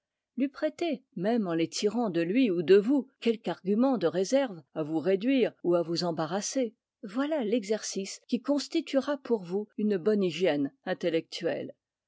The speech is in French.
lui prêter même en les tirant de lui ou de vous quelque argument de réserve à vous réduire ou à vous embarrasser voilà l'exercice qui constituera pour vous une bonne hygiène intellectuelle